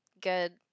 good